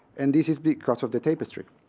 and this is because of the tapestry.